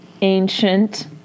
ancient